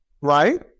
right